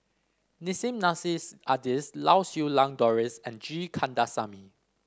Nissim Nassim Adis Lau Siew Lang Doris and G Kandasamy